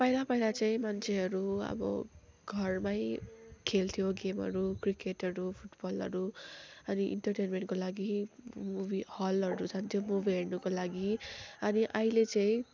पहिला पहिला चाहिँ मान्छेहरू अब घरमै खेल्थ्यो गेमहरू क्रिकेटहरू फुटबलहरू अनि इन्टरटेन्मेन्टको लागि मुभी हलहरू जान्थ्यो मुभी हेर्नुको लागि अनि अहिले चाहिँ